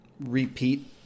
repeat